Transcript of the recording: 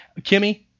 Kimmy